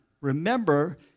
remember